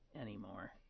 anymore